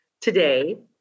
today